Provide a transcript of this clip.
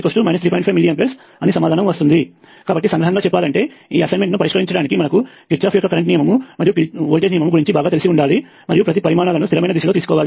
5mA అని సమాధానం వస్తుంది కాబట్టి సంగ్రహంగా చెప్పాలంటే ఈ అసైన్మెంట్ ను పరిష్కరించడానికి మనకు కిర్చాఫ్ యొక్క కరెంట్ నియమము మరియు వోల్టేజ్ నియమము గురించి బాగా తెలిసి ఉండాలి మరియు ప్రతి పరిమాణాలను స్థిరమైన దిశలో తీసుకోవాలి